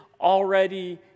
already